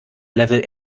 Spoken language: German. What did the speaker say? level